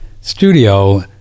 studio